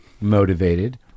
motivated